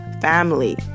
family